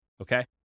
Okay